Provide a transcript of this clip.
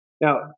Now